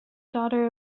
daughter